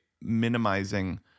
minimizing